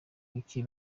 bike